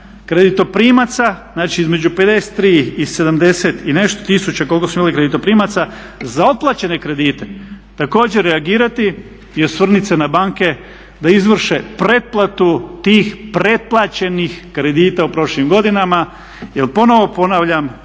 kreditoprimaca, znači između 53 i 70 i nešto tisuća koliko smo imali kreditoprimaca za otplaćene kredite također reagirati i osvrnuti se na banke da izvrše pretplatu tih pretplaćenih kredita u prošlim godinama. Jer ponovno ponavljam